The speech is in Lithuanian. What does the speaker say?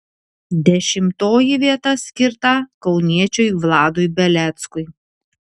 dešimtoji vieta skirta kauniečiui vladui beleckui